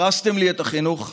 הרסתם לי את החינוך,